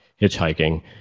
hitchhiking